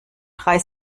drei